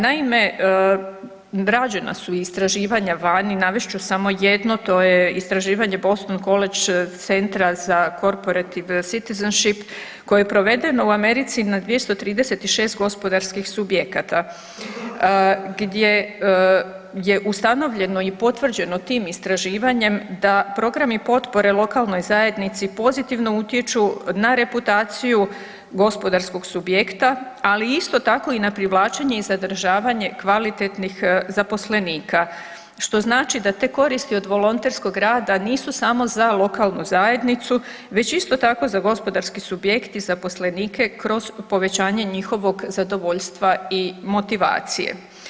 Naime, rađena su istraživanja vani, navest ću samo jedno, to je istraživanje Boston College centra za … [[Govornik se ne razumije]] koje je provedeno u Americi na 236 gospodarskih subjekata gdje, gdje je ustanovljeno i potvrđeno tim istraživanjem da programi potpore lokalnoj zajednici pozitivno utječu na reputaciju gospodarskog subjekta, ali isto tako i na privlačenje i zadržavanje kvalitetnih zaposlenika, što znači da te koristi od volonterskog rada nisu samo za lokalnu zajednicu već isto tako za gospodarski subjekt i zaposlenike kroz povećanje njihovog zadovoljstva i motivacije.